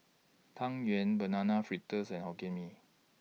Tang Yuen Banana Fritters and Hokkien Mee